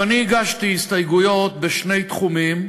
אני הגשתי הסתייגויות בשני תחומים,